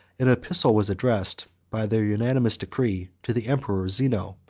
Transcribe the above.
an epistle was addressed, by their unanimous decree, to the emperor zeno,